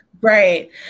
Right